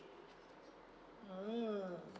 mm